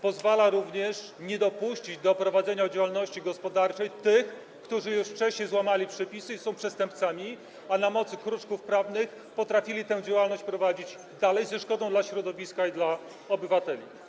Pozwala również nie dopuścić do prowadzenia działalności gospodarczej przez tych, którzy już wcześniej złamali przepisy i są przestępcami, a na mocy kruczków prawnych potrafili tę działalność prowadzić dalej ze szkodą dla środowiska i obywateli.